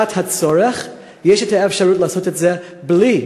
בשעת הצורך יש אפשרות לעשות את זה בלי